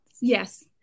Yes